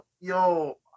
yo